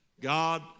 God